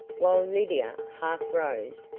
while lydia half rose,